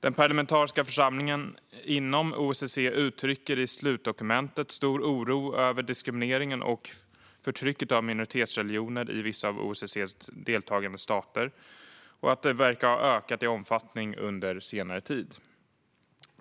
Den parlamentariska församlingen inom OSSE uttrycker i slutdokumentet stor oro över att diskrimineringen och förtrycket av minoritetsreligioner i vissa av OSSE:s deltagande stater verkar ha ökat i omfattning under senare tid.